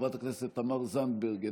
חברת הכנסת תמר זנדברג,